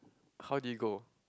how did it go